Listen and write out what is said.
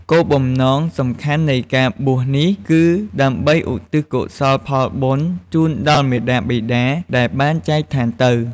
គោលបំណងសំខាន់នៃការបួសនេះគឺដើម្បីឧទ្ទិសកុសលផលបុណ្យជូនដល់មាតាបិតាដែលបានចែកឋានទៅ។